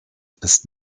ist